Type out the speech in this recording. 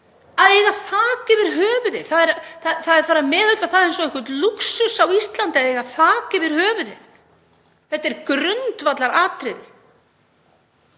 að eiga þak yfir höfuðið. Það er farið að meðhöndla það eins og einhvern lúxus á Íslandi að eiga þak yfir höfuðið. Þetta er grundvallaratriði